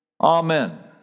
Amen